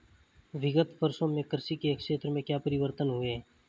विगत वर्षों में कृषि के क्षेत्र में क्या परिवर्तन हुए हैं?